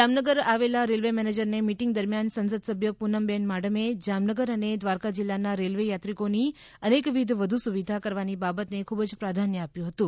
જામનગર આવેલા રેલ્વે મેનેજરને મીટીંગ દરમ્યાન સંસદસભ્ય પૂનમબેન માડમે જામનગર અને દ્વારકા જિલ્લાના રેલવે યાત્રીકોની અનેકવિધ વધુ સુવિધા કરવાની બાબત ને ખૂબજ પ્રાધાન્ય આપ્યુ હતુ